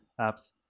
apps